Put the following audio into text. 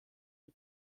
die